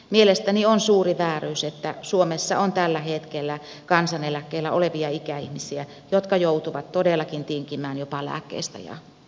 mielestäni on suuri vääryys että suomessa on tällä hetkellä kansaneläkkeellä olevia ikäihmisiä jotka joutuvat todellakin tinkimään jopa lääkkeistä ja ruuasta